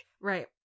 Right